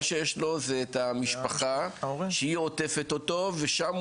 מה שיש לו זה את המשפחה שהיא עוטפת אותו ושם